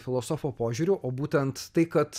filosofo požiūriu o būtent tai kad